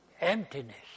emptiness